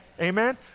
Amen